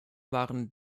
waren